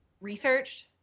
researched